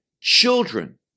children